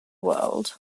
world